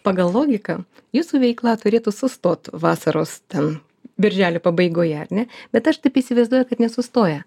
pagal logiką jūsų veikla turėtų sustot vasaros ten birželio pabaigoje ar ne bet aš taip įsivaizduoju kad nesustoja